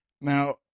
now